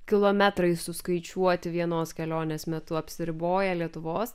kilometrai suskaičiuoti vienos kelionės metu apsiriboja lietuvos